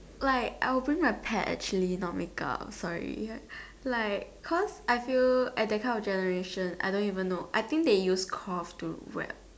like I will bring my pet actually not make up sorry like cause I feel at that kind of generation I don't even know I think they use cough to wrap